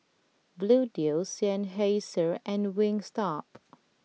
Bluedio Seinheiser and Wingstop